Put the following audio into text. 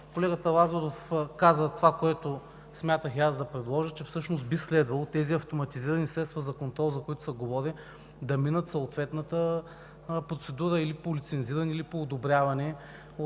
колегата Лазаров каза това, което и аз смятах да предложа, че всъщност би следвало тези автоматизирани средства за контрол, за които се говори, да минат съответната процедура или по лицензиране, или по одобряване